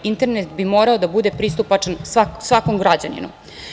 Internet bi morao da bude pristupačan svakom građaninu.